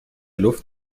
luft